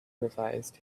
revised